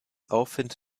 aufwind